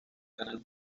canal